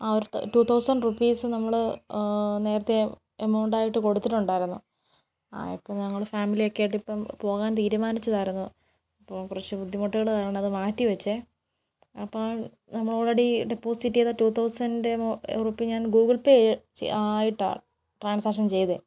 ആ ഒരു two thousand rupees നമ്മള് നേരത്തെ എമൌണ്ടായിട്ട് കൊടുത്തിട്ടുണ്ടായിരുന്നു ആ അപ്പം ഞങ്ങള് ഫാമിലിയൊക്കെയായിട്ട് ഇപ്പം പോകാൻ തിരുമാനിച്ചതായിരുന്നു അപ്പോൾ കുറച്ച് ബുദ്ധിമുട്ടുകള് കാരണം അത് മാറ്റിവെച്ചേ അപ്പോൾ നമ്മൾ അൽറെഡി ഈ ഡെപ്പോസിറ്റ് ചെയ്ത റ്റൂ തൌസന്റെ എമൌ ഞാൻ ഗൂഗിൾപേ ചെയ് ആയിട്ടാണ് ട്രാൻസാക്ഷൻ ചെയ്തത്